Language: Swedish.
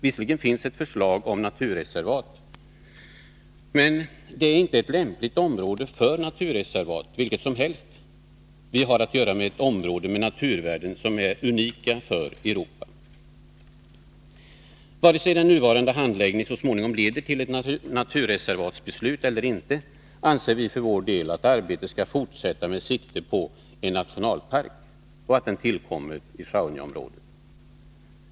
Visserligen finns ett förslag om naturreservat, men detta är inte ett lämpligt område för naturreservat vilket som helst. Vi har att göra med ett område med naturvärden som är unika för Europa. Vare sig den nuvarande handläggningen så småningom leder till ett beslut om inrättandet av ett naturreservat eller inte, anser vi för vår del att arbetet skall fortsätta med sikte på att en nationalpark tillkommer i Sjaunjaområdet.